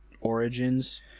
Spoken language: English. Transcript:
origins